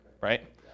right